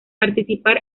participar